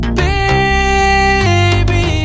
baby